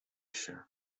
się